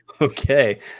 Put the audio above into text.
Okay